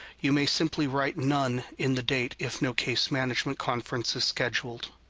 you may simply write none in the date if no case management conference is scheduled.